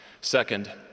Second